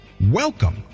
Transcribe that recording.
Welcome